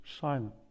silent